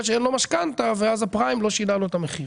שאין לו משכנתה ואז הפריים לא שינה לו את המחיר.